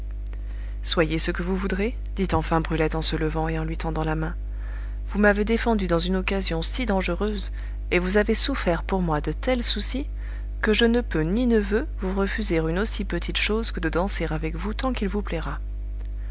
soyez ce que vous voudrez dit enfin brulette en se levant et en lui tendant la main vous m'avez défendue dans une occasion si dangereuse et vous avez souffert pour moi de tels soucis que je ne peux ni ne veux vous refuser une aussi petite chose que de danser avec vous tant qu'il vous plaira